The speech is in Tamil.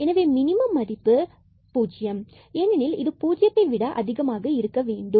எனவே மினிமம் மதிப்பு ஜீரோ ஏனெனில் இது பூஜ்யத்தை விட அதிகமாக இருக்க வேண்டும்